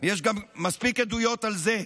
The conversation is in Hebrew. יש גם מספיק עדויות על זה.